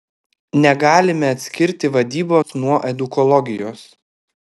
negalime atskirti vadybos nuo edukologijos